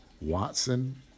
Watson